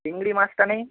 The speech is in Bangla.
চিংড়ি মাছটা নেই